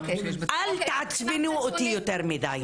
אל תעצבנו אותי יותר מדי.